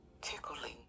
tickling